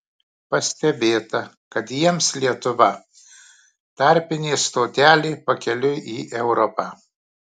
pastebėta kad jiems lietuva tarpinė stotelė pakeliui į europą